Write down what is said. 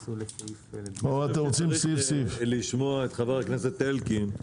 רוצים לשמוע את חבר הכנסת אלקין,